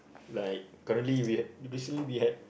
like currently we had basically we had